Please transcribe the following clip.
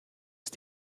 ist